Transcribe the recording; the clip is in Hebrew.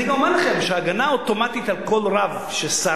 אני גם אומר לכם שההגנה האוטומטית על כל רב שסרח